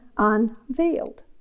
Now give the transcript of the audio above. unveiled